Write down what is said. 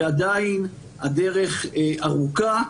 ועדיין, הדרך ארוכה.